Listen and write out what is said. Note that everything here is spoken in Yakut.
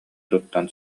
туттан